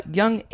young